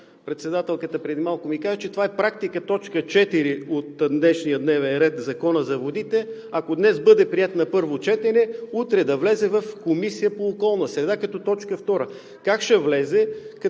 председателката преди малко ми каза, че това е практика – т. 4 от днешния дневен ред – Законът за водите, ако днес бъде приет на първо четене, утре да влезе в Комисията по околната среда, като точка втора. Как ще влезе,